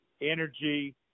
energy